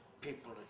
people